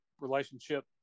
relationship